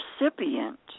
recipient